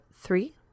three